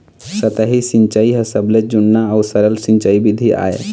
सतही सिंचई ह सबले जुन्ना अउ सरल सिंचई बिधि आय